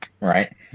right